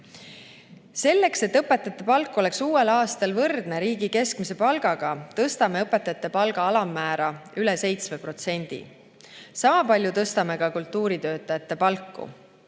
Selleks, et õpetajate palk oleks uuel aastal võrdne riigi keskmise palgaga, tõstame õpetajate palga alammäära rohkem kui 7%. Sama palju tõstame ka kultuuritöötajate palku.